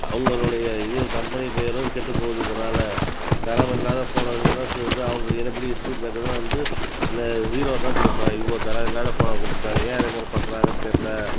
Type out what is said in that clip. அவங்களுடைய இது கம்பனி பேரும் கெட்டு போகுது இதனால தரமில்லாத ஃபோனை இது பண்ணால் இதாவது எனிபடி ஈஸ் ஃபீட்பேக் இதுலாம் வந்து நான் ஸீரோ தான் கொடுப்பேன் இவ்வளோ தரம் இல்லாத ஃபோனை கொடுத்துட்டாங்க ஏன் அது மாரி பண்றாங்கன்னு தெரில